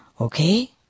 okay